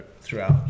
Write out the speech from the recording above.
throughout